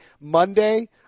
Monday